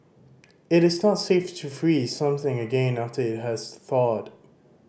it is not safe to freeze something again after it has thawed